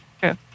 True